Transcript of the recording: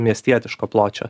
miestietiško pločio